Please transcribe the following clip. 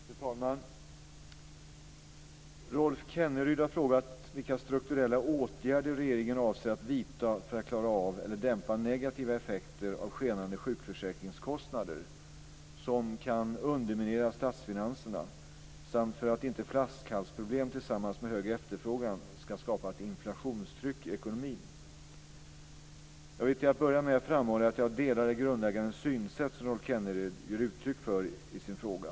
Fru talman! Rolf Kenneryd har frågat vilka strukturella åtgärder regeringen avser att vidta för att klara av eller dämpa negativa effekter av skenande sjukförsäkringskostnader som kan underminera statsfinanserna samt för att inte flaskhalsproblem tillsammans med hög efterfrågan ska skapa ett inflationstryck i ekonomin. Jag vill till att börja med framhålla att jag delar det grundläggande synsätt som Rolf Kenneryd ger uttryck för i sin fråga.